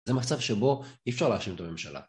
זה מצב שבו אי אפשר להאשים את הממשלה